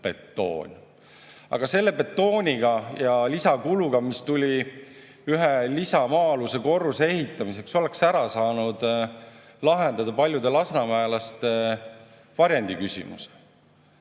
betoon. Aga selle betooniga ja lisakuluga, mis tuli ühe maa-aluse lisakorruse ehitamiseks, oleks ära saanud lahendada paljude lasnamäelaste varjendiküsimuse.